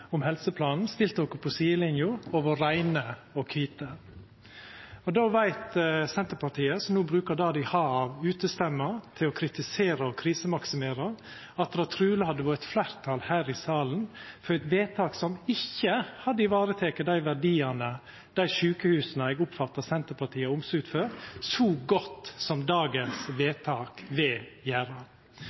om helseplanen, stilt oss på sidelinja og vore reine og kvite. Og då veit Senterpartiet, som no bruker det dei har av utestemme til å kritisera og krisemaksimera, at det truleg hadde vore eit fleirtal her i salen for eit vedtak som ikkje hadde vareteke dei verdiane, dei sjukehusa, eg oppfattar at Senterpartiet har omsut for, så godt som dagens vedtak vil gjera.